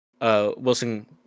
Wilson